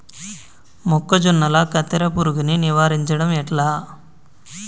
మొక్కజొన్నల కత్తెర పురుగుని నివారించడం ఎట్లా?